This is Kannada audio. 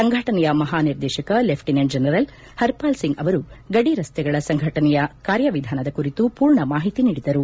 ಸಂಘಟನೆಯ ಮಹಾ ನಿರ್ದೇಶಕ ಲೆಫ಼ಿನೆಂಟ್ ಜನರಲ್ ಹರ್ಪಾಲ್ಸಿಂಗ್ ಅವರು ಗಡಿ ರಸ್ನೆಗಳ ಸಂಘಟನೆಯ ಕಾರ್ಯವಿಧಾನದ ಕುರಿತು ಪೂರ್ಣ ಮಾಹಿತಿ ನೀಡಿದರು